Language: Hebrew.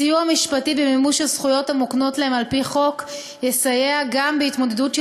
סיוע משפטי במימוש הזכויות המוקנות להם על-פי חוק יסייע גם בהתמודדות של